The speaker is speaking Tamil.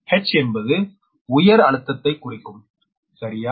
H என்பது உயர் அழுத்தத்தை குறிக்கும் சரியா